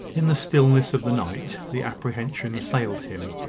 in the stillness of the night, the apprehension assailed him,